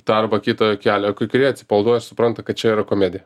tą arba kitą kelią kai kurie atsipalaiduoja ir supranta kad čia yra komedija